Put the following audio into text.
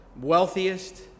wealthiest